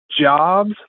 jobs